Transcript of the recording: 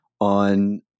on